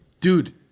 dude